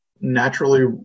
naturally